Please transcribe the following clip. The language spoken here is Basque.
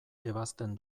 ebazten